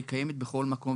היא קיימת בכל מקום.